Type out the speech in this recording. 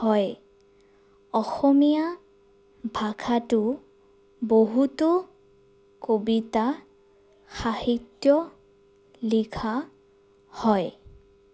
হয় অসমীয়া ভাষাটো বহুতো কবিতা সাহিত্য লিখা হয়